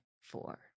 four